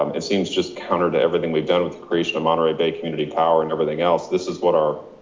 um it seems just counter to everything we've done with creation of monterey bay community power and everything else. this is what our,